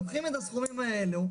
לוקחים את הסכומים האלו,